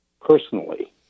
personally